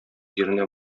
җиренә